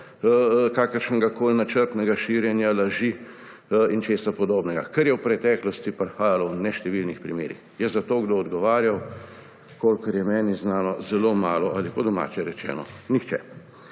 kakršnegakoli načrtnega širjenja laži in česa podobnega, do česar je v preteklosti prihajalo v številnih primerih. Je za to kdo odgovarjal? Kolikor je meni znano zelo malo ali po domače rečeno nihče.